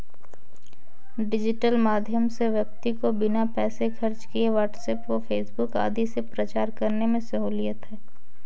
digital माध्यम से व्यक्ति को बिना पैसे खर्च किए व्हाट्सएप व फेसबुक आदि से प्रचार करने में सहूलियत है